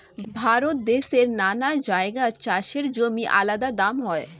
ভারত দেশের নানা জায়গায় চাষের জমির আলাদা দাম হয়